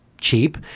cheap